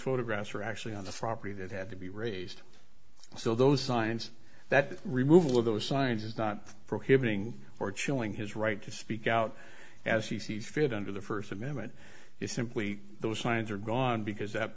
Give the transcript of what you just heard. photographs were actually on the property that had to be raised so those signs that the removal of those signs is not prohibiting or chilling his right to speak out as he sees fit under the first amendment is simply those signs are gone because that